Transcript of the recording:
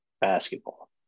basketball